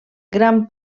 gran